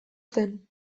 zen